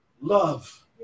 love